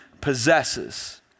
possesses